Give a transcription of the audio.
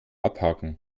abhaken